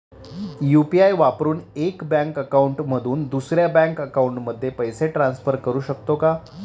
UPI वापरून एका bank account मधून दुसऱ्या बँक अकाउंटमध्ये पैसे ट्रान्सफर करू शकतो का?